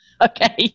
Okay